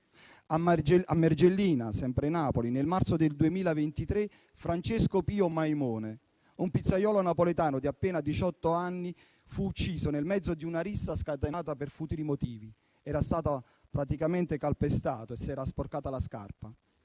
A Mergellina, sempre Napoli, nel marzo 2023 Francesco Pio Maimone, un pizzaiolo napoletano di appena diciotto anni, fu ucciso nel mezzo di una rissa scatenata per futili motivi: qualcuno era stato calpestato e gli si era sporcata la scarpa.